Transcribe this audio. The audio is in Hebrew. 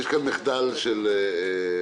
יש כאן מחדל של הרגולטור,